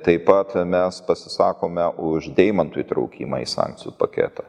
taip pat mes pasisakome už deimantų įtraukimą į sankcijų paketą